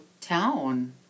town